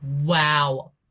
Wow